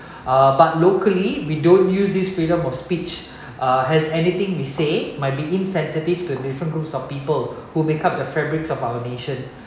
uh but locally we don't use this freedom of speech uh as anything we say might be insensitive to different groups of people who make up the fabric of our nation